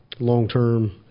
long-term